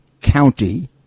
county